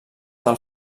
del